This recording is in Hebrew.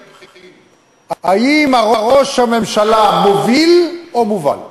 האם ראש הממשלה מוביל או מובל?